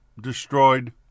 destroyed